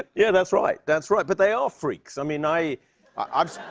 yeah, that's right. that's right. but they are freaks. i mean, i i've